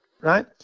Right